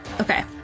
Okay